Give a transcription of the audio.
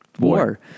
war